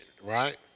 right